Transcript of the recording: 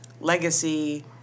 Legacy